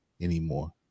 anymore